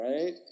right